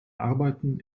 arbeiten